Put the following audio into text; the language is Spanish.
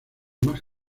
más